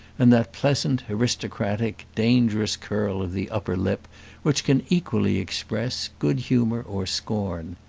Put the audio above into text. and that pleasant, aristocratic dangerous curl of the upper lip which can equally express good humour or scorn.